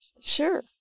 sure